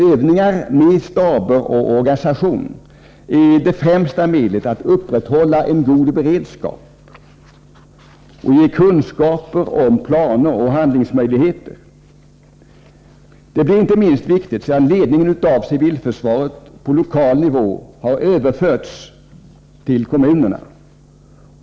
Övningar med staber och organisation är utan tvekan det främsta medlet att upprätthålla en god beredskap och ge kunskaper om planer och handlingsmöjligheter. Detta blir inte minst viktigt sedan ledningen av civilförsvaret på lokal nivå har överförts till kommunerna.